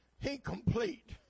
incomplete